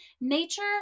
nature